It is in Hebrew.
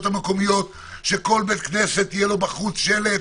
המקומיות שלכל בית כנסת יהיה בחוץ שלט,